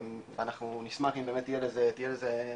אנחנו נשמח אם באמת יהיה לזה,